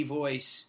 voice